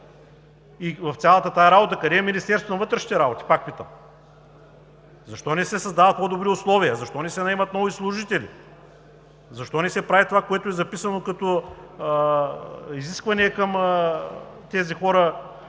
И в цялата тази работа къде е Министерството на вътрешните работи, пак питам? Защо не се създават по-добри условия? Защо не се наемат нови служители? Защо не се прави това, което е записано като изискване към тези хора,